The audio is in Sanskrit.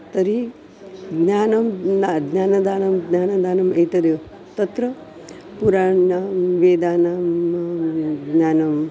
तर्हि ज्ञानं ना ज्ञानदानं ज्ञानदानम् एतद् तत्र पुराणां वेदानां ज्ञानम्